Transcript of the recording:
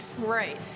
Right